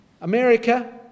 America